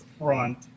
front